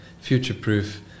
future-proof